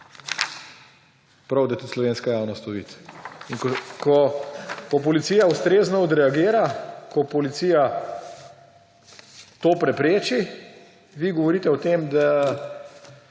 Prav je, da tudi slovenska javnost to vidi. Ko policija ustrezno odreagira, ko policija to prepreči, vi govorite o tem, da